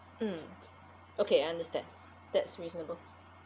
mm okay I understand that's reasonable